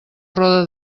roda